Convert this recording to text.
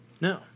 No